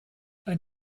ein